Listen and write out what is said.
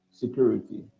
security